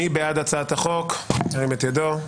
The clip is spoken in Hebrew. מי בעד הצעת החוק, ירים את ידו?